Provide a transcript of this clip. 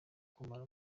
kumara